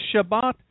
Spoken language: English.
Shabbat